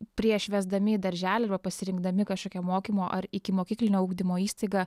prieš vesdami į darželį arba pasirinkdami kažkokią mokymo ar ikimokyklinio ugdymo įstaigą